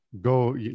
go